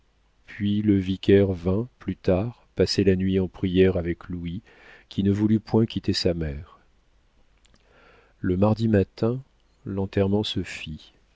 puis le vicaire vint plus tard passer la nuit en prières avec louis qui ne voulut point quitter sa mère le mardi matin l'enterrement se fit